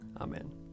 Amen